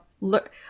look